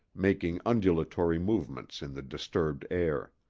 making undulatory movements in the disturbed air.